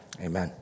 amen